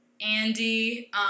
Andy